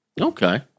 okay